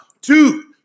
Two